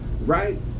right